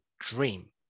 dream